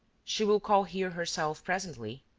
she will call here herself presently.